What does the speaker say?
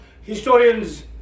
historians